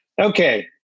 okay